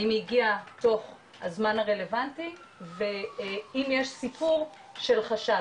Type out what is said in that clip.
האם היא הגיעה תוך הזמן הרלבנטי ואם יש סיפור של חשד,